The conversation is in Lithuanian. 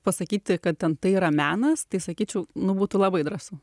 pasakyti kad ten tai yra menas tai sakyčiau nu būtų labai drąsu